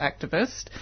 activist